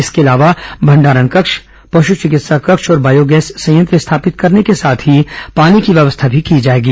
इसके अलावा भंडारण कक्ष पश् चिकित्सा कक्ष और बायोगैस संयंत्र स्थापित करने के साथ ही पानी की व्यवस्था भी की जाएगी